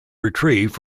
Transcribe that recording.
retrieved